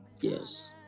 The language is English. Yes